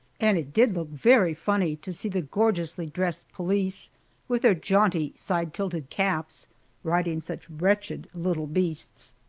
and it did look very funny to see the gorgeously dressed police with their jaunty, side-tilted caps riding such wretched little beasts!